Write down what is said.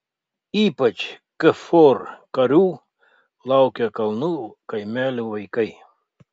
ypač kfor karių laukia kalnų kaimelių vaikai